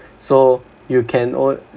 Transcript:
so you can